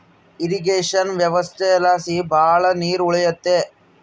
irrigation ವ್ಯವಸ್ಥೆಲಾಸಿ ಭಾಳ ನೀರ್ ಉಳಿಯುತ್ತೆ